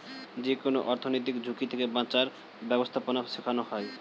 যেকোনো অর্থনৈতিক ঝুঁকি থেকে বাঁচার ব্যাবস্থাপনা শেখানো হয়